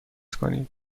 کنید